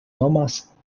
nomas